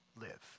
live